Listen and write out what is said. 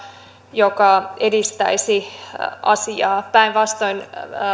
joka edistäisi asiaa päinvastoin